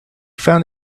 found